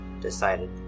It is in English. decided